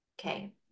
okay